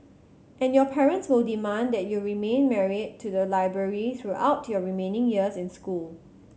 and your parents will demand that you remain married to the library throughout your remaining years in school